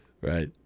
Right